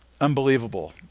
unbelievable